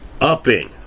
upping